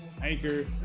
Anchor